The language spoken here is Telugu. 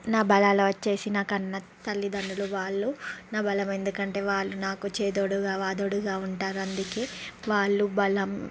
నా బలాలు వచ్చేసి నా కన్న తల్లిదండ్రులు వాళ్ళు నా బలం ఎందుకంటే వాళ్ళు నాకు చేదోడుగా వాదోడుగా ఉంటారు అందుకే వాళ్ళు బలం